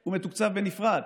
הוא מתוקצב בנפרד,